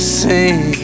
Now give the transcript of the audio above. sing